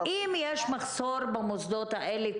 אם יש מחסור במוסדות האלה,